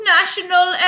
National